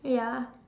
ya